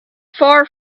far